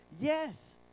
Yes